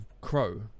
crow